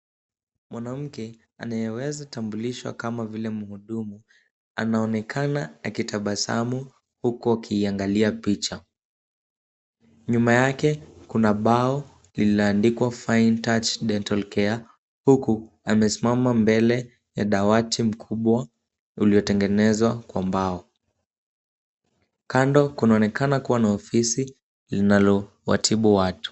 Mwanamke anayeweza tambulisho kama vile muhudumu, anaonekana akitabasamu huko kiangalia picha nyuma yake, kuna bao lililoandikwa Fine Touch Dental Care huku amesimama mbele ya dawati mkubwa uliyotengenezwa kwa mbao, kando kunaonekana kuwa na ofisi, linalowatibu watu.